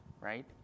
right